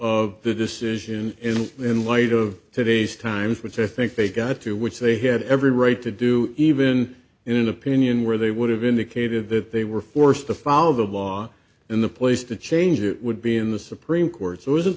of the decision in light of today's times which i think they got to which they had every right to do even in an opinion where they would have indicated that they were forced to follow the law in the place to change it would be in the supreme court